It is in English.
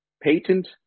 Patent